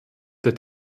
der